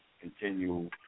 continue